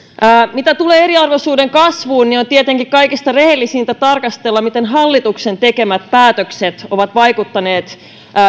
mitä tulee eriarvoisuuden kasvuun on tietenkin kaikista rehellisintä tarkastella miten hallituksen tekemät päätökset ovat vaikuttaneet